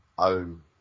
own